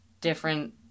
different